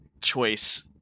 choice